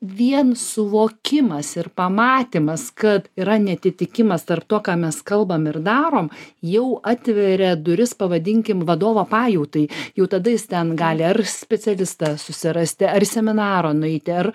vien suvokimas ir pamatymas kad yra neatitikimas tarp to ką mes kalbam ir darom jau atveria duris pavadinkim vadovo pajautai jau tada jis ten gali ar specialistą susirasti ar į seminarą nueiti ar